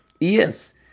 Yes